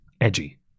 edgy